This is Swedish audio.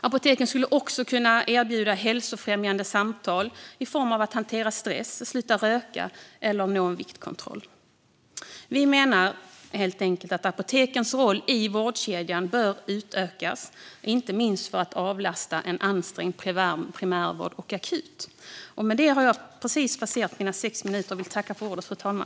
Apoteken skulle också kunna erbjuda hälsofrämjande samtal i fråga om att hantera stress, sluta röka eller viktkontroll. Vi menar att apotekens roll i vårdkedjan bör utökas, inte minst för att avlasta den ansträngda primärvården och akuten.